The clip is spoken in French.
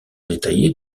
détaillée